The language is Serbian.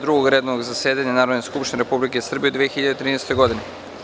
Drugog redovnog zasedanja Narodne skupštine Republike Srbije u 2013. godini.